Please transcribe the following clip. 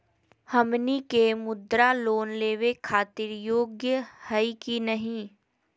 हमनी के मुद्रा लोन लेवे खातीर योग्य हई की नही?